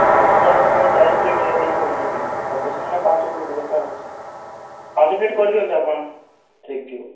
ପାଞ୍ଚ ଜଣଙ୍କ ପାଇଁ ଚାରି ପ୍ଲେଟ୍ ହେଇ ଯିବନି କି ସଫିସେଣ୍ଟ୍ ନା ପାଞ୍ଚ ପ୍ଲେଟ୍ ଦରକାର ଅଛି ପାଞ୍ଚ ପ୍ଲେଟ୍ କରି ଦିଅନ୍ତୁ ଆପଣ ଠିକ୍ ଥିବ